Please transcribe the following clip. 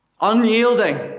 unyielding